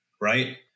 right